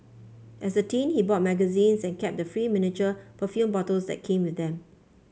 as a teen he bought magazines and kept the free miniature perfume bottles that came with them